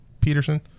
peterson